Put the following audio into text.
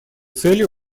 цели